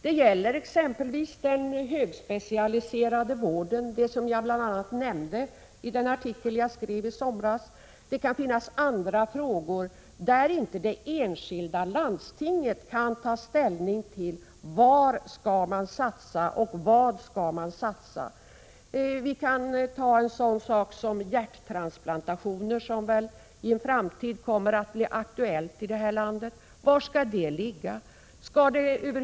Det gäller exempelvis den högspecialiserade vården, som jag bl.a. nämnde i den artikel jag skrev i somras. Det kan finnas andra frågor där inte det enskilda landstinget kan ta ställning till var man skall satsa och vad man skall satsa på. Vi kan ta t.ex. hjärttransplantationer, som väl i en framtid kommer att bli aktuella i det här landet. Var skall den verksamheten ske?